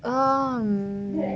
ummm